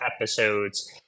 episodes